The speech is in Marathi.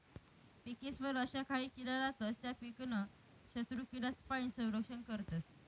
पिकेस्वर अशा काही किडा रातस त्या पीकनं शत्रुकीडासपाईन संरक्षण करतस